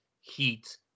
heat